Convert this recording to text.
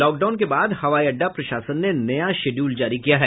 lockdown के बाद हवाई अड्डा प्रशासन ने नया शिड्यूल जारी किया है